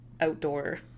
outdoor